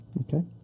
Okay